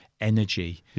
energy